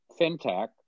Fintech